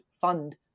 fund